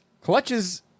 Clutches